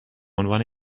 عنوان